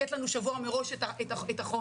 לתת לנו שבוע מראש את החומר.